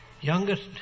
youngest